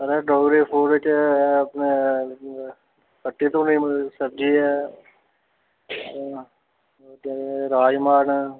महाराज डोगरी फ़ूड बिच्च अपने खट्टी धूनी सब्जी ऐ केह् राजमाह् न